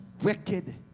wicked